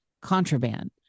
contraband